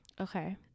Okay